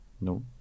no